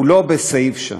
הם לא בסעיף שם?